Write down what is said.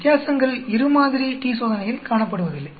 வித்தியாசங்கள் இரு மாதிரி t சோதனையில் காணப்படுவதில்லை